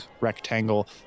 rectangle